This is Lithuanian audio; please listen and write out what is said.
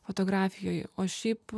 fotografijoj o šiaip